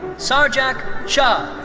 sarjak shah.